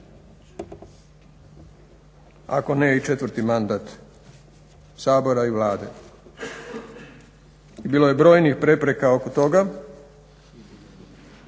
ako ne i četvrti mandat Sabora i Vlade. I bilo je brojnih prepreka oko toga